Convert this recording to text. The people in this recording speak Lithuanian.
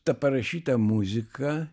tą parašytą muziką